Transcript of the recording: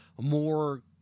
more